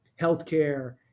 healthcare